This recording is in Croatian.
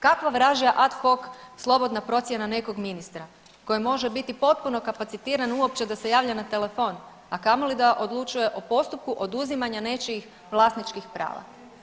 Kakva vražija ad hoc slobodna procjena nekog ministra koji može biti potpuno kapacitiran uopće da se javlja na telefon, a kamoli da odlučuje o postupku oduzimanja nečijih vlasničkih prava.